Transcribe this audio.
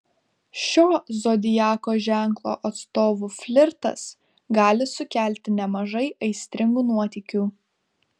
šio zodiako ženklo atstovų flirtas gali sukelti nemažai aistringų nuotykių